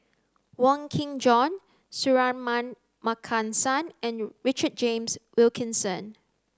Wong Kin Jong Suratman Markasan and Richard James Wilkinson